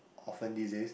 often these days